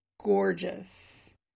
gorgeous